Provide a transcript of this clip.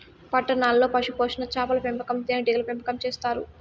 పట్టణాల్లో పశుపోషణ, చాపల పెంపకం, తేనీగల పెంపకం చేత్తారు